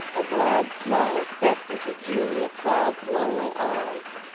a glad smile crept into julia cloud's lonely eyes.